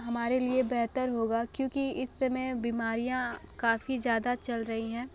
हमारे लिए बेहतर होगा क्योंकि इस समय बीमारियाँ काफ़ी ज़्यादा चल रही हैं